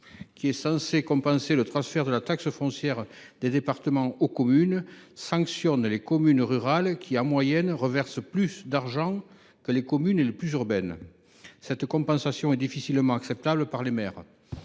censé compenser le transfert de la taxe foncière des départements aux communes, sanctionne les communes rurales, qui en moyenne reversent plus d’argent que les communes les plus urbaines. Cette compensation est difficilement acceptable par les maires.